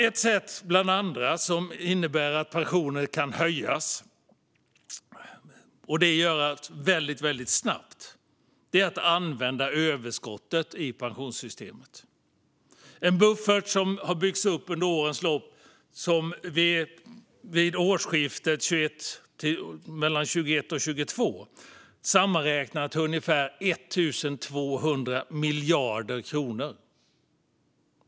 Ett sätt bland andra som innebär att pensionerna kan höjas väldigt snabbt vore att använda överskottet i pensionssystemet. En buffert har byggts upp under årens lopp och sammanräknar vid årsskiftet 2021/22 till ungefär 1 200 miljarder kronor.